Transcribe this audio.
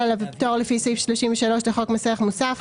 עליו הפטור לפי סעיף 33 לחוק מס ערך מוסף,